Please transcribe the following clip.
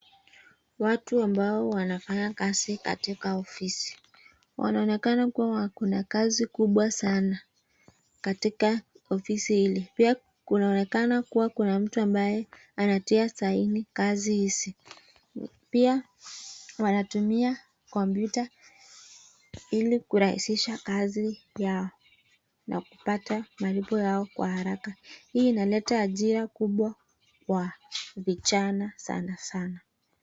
Watu ambao wanafanya kazi katika ofisi, wanaonekana kuwa kuna kazi kubwa sana. Katika ofisi hili. Pia kuna kunaonekana kuwa kuna mtu ambaye anatia sahini kazi hizi. Pia wanatumia computer ili kurahisisha kazi ya na kupata malipo yao kwa haraka. Hii inaleta ajira kubwa kwa vijana sanasana.